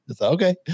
Okay